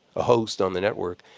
a host on the network,